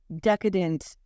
decadent